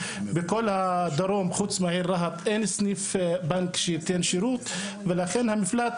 בכל הדרום חוץ מהעיר רהט אין סניף בנק שייתן שירות ולכן המפלט